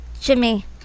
Jimmy